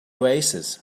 oasis